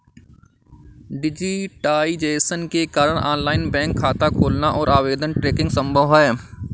digitisation के कारण online bank खाता खोलना और आवेदन ट्रैकिंग संभव हैं